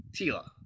Tila